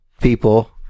people